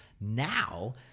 Now